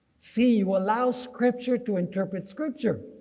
see you allow scripture to interpret scripture.